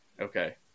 okay